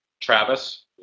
Travis